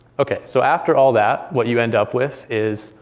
ok, so after all that what you end up with is,